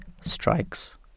strikes